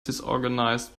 disorganized